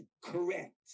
correct